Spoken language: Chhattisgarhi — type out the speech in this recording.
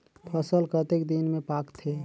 फसल कतेक दिन मे पाकथे?